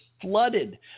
flooded